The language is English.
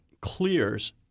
clears